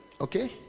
okay